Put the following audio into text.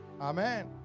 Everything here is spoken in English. Amen